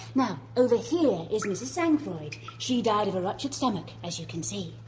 now over here is mrs sangfroid, she died of a ruptured stomach as you can see.